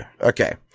Okay